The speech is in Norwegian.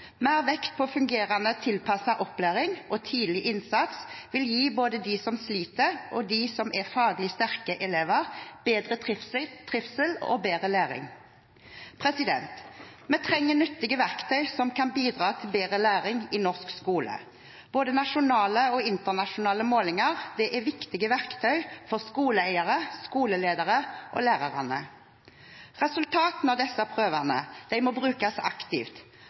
Mer vekt på fungerende tilpasset opplæring og tidlig innsats vil gi både de som sliter, og de faglig sterke elevene bedre trivsel og bedre læring. Vi trenger nyttige verktøy som kan bidra til bedre læring i norsk skole. Både nasjonale og internasjonale målinger er viktige verktøy for skoleeiere, skoleledere og lærerne. Resultatene av disse prøvene må brukes aktivt,